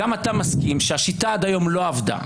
גם אתה מסכים שהשיטה עד היום לא עבדה.